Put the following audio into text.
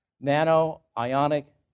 nano-ionic